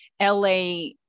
la